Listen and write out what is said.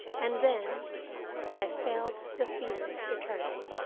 and then i felt the fear returning.